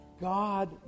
God